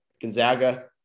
Gonzaga